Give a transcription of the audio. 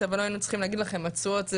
ולא היינו צריכים להגיד לכם התשואות זה